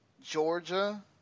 Georgia